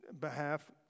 behalf